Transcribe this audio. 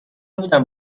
نبودم